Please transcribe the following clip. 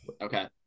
Okay